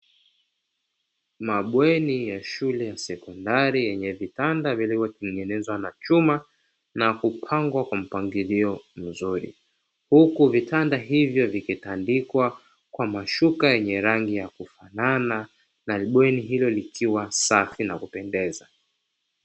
Mabweni ya shule ya sekondari yenye vitanda vilivyotengenezwa na chuma, na kupangwa kwa mpangilio mzuri, huku vitanda hivyo vikitandikwa kwa mashuka yenye rangi ya kufanana, na bweni hilo likiwa sadi na kupendeza.